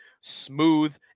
Smooth